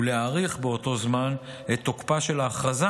ולהאריך באותו זמן את תוקפה של ההכרזה